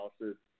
analysis